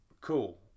Cool